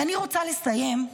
ואני רוצה לסיים,